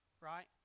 Right